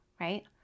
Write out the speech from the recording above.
right